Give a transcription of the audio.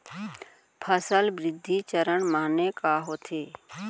फसल वृद्धि चरण माने का होथे?